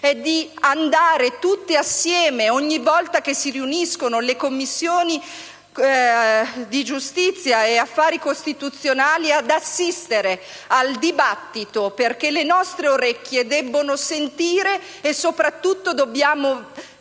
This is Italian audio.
è di andare tutte insieme, ogni volta che si riuniscono le Commissioni giustizia e affari costituzionali, ad assistere al dibattito, perché le nostre orecchie debbono sentire e soprattutto dobbiamo vigilare